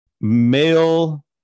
Male